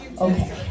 Okay